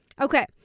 Okay